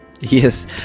Yes